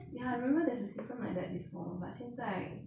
ya I remember there's a system like that before but 现在